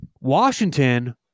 Washington